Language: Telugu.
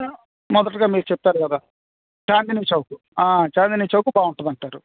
మొదటగా మీరు చెప్పారు కదా చాందిని చౌక్ చాందిని చౌక్ బాగుంటుంది అంటారు